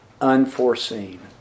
unforeseen